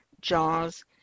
JAWS